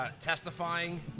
Testifying